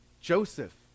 Joseph